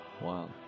wow